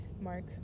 mark